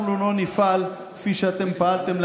אנחנו לא נפעל כפי שאתם פעלתם,